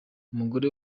umugore